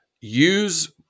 use